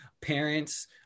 parents